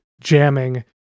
jamming